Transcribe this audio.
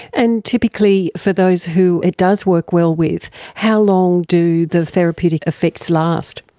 and typically for those who it does work well with, how long do the therapeutic effects last?